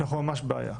אנחנו ממש בבעיה.